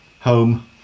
home